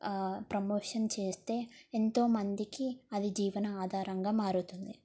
promotion చేస్తే ఎంతోమందికి అది జీవన ఆధారంగా మారుతుంది